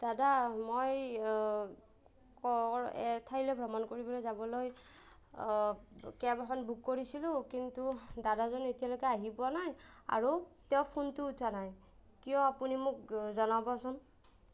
দাদা মই ক'ৰ এঠাইলৈ ভ্ৰমণ কৰিবলৈ যাবলৈ কেব এখন বুক কৰিছিলোঁ কিন্তু দাদাজন এতিয়ালৈকে আহি পোৱা নাই আৰু তেওঁ ফোনটো উঠোৱা নাই কিয় আপুনি মোক জনাবচোন